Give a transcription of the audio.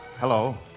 hello